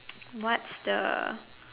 what's the